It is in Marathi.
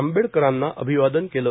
आंबेडकरांना अभिवादन केलं